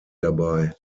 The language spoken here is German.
dabei